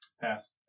Pass